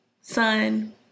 sun